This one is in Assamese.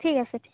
ঠিক আছে ঠিক